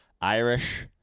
Irish